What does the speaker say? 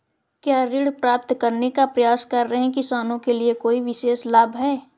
क्या ऋण प्राप्त करने का प्रयास कर रहे किसानों के लिए कोई विशेष लाभ हैं?